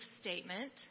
statement